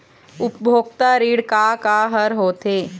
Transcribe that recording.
उपभोक्ता ऋण का का हर होथे?